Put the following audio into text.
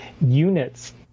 units